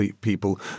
people